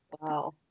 Wow